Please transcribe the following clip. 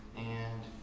and